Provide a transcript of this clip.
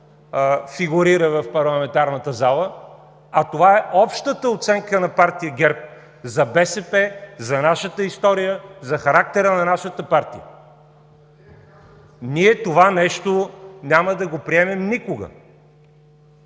фигурира в парламентарната зала, а това е общата оценка на партия ГЕРБ за БСП, за нашата история, за характера на нашата партия. Ние това нещо няма да го приемем никога.